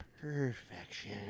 Perfection